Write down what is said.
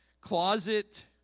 closet